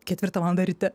ketvirtą valandą ryte